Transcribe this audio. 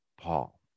Paul